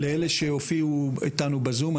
לאלה שהיו אתנו בזום.